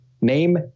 Name